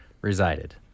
resided